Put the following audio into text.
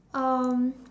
um